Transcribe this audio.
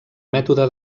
mètode